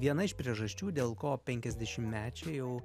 viena iš priežasčių dėl ko penkiasdešimtmečiai jau